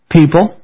People